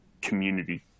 community